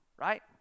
Right